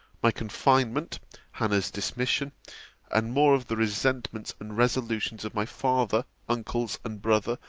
my confinement hanna's dismission and more of the resentments and resolutions of my father, uncles, and brother,